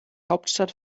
hauptstadt